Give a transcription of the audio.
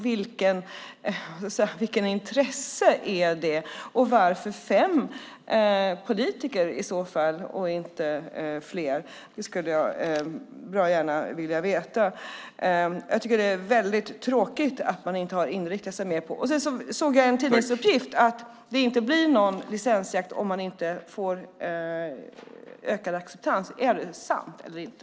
Vilka intressen ska representeras? Varför ska det inte vara fler än fem politiker? Det skulle jag gärna vilja veta. Jag såg en tidningsuppgift om att det inte blir någon licensjakt om man inte får ökad acceptans. Är det sant eller inte?